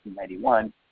1991